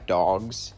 dogs